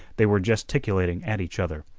they were gesticulating at each other.